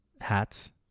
hats